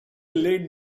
late